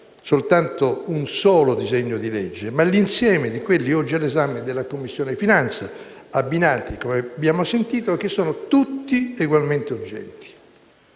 riguardi un solo disegno di legge, ma l'insieme di quelli oggi all'esame della Commissione finanze, che, come abbiamo sentito, sono tutti egualmente urgenti.